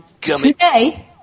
today